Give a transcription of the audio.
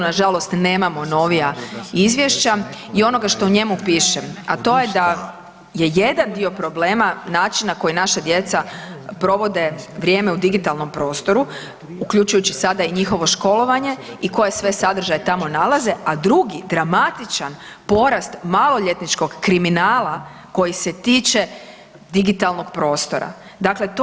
Na žalost nemamo novija izvješća i onoga što u njemu piše, a to je da je jedan dio problema način na koji naša djeca provode vrijeme u digitalnom prostoru uključujući sada i njihovo školovanje i koje sve sadržaje tamo nalaze, a drugi dramatičan porast maloljetničkog kriminala koji se tiče digitalnog prostora. digitalnog prostora.